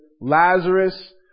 Lazarus